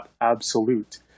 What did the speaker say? absolute